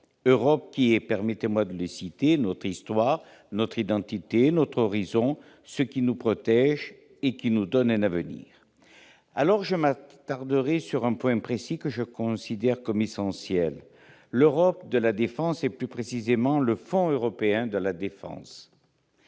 Europe qui est, permettez-moi de le citer, « notre histoire, notre identité, notre horizon, ce qui nous protège et ce qui nous donne un avenir ». Je m'attarderai sur un point précis que je considère comme essentiel, l'Europe de la défense et, plus précisément, le fonds européen de la défense.